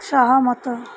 ସହମତ